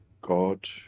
god